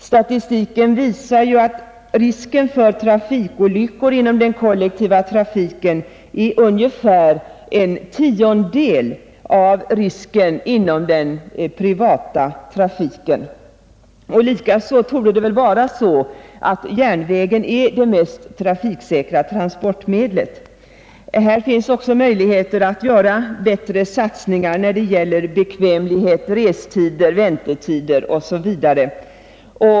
Statistiken visar att risken för trafikolyckor inom den kollektiva trafiken är ungefär en tiondel av risken inom den privata trafiken. Likaså torde järnvägen vara det mest trafiksäkra transportmedlet. Vi har också möjligheter att göra bättre satsningar när det gäller bekvämlighet, restider, väntetider osv.